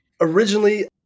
Originally